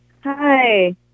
Hi